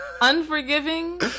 Unforgiving